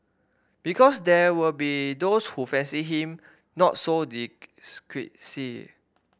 because there will be those who fancy him not so